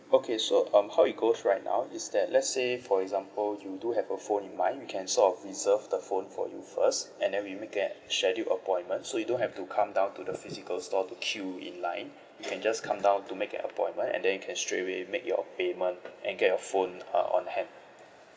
okay so um how it goes right now is that let's say for example you do have a phone in mind we can sort of reserve the phone for you first and then we make a schedule appointment so you don't have to come down to the physical store to queue in line you can just come down to make an appointment and then you can straightaway make your payment and get your phone uh on hand